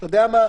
אתה יודע מה?